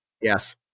Yes